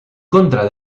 contra